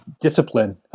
Discipline